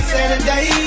Saturday